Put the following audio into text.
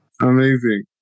Amazing